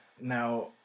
Now